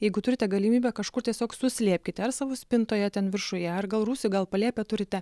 jeigu turite galimybę kažkur tiesiog suslėpkite ar savo spintoje ten viršuje ar gal rūsį gal palėpę turite